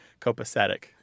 copacetic